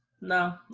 no